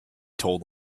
told